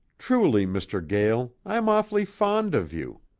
truly, mr. gael, i'm awful fond of you.